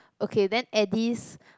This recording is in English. okay then Eddie's